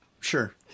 Sure